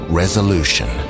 resolution